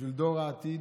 בשביל דור העתיד,